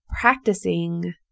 practicing